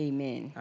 Amen